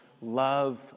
love